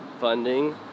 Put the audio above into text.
funding